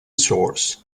source